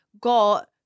got